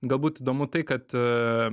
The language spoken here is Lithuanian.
galbūt įdomu tai kad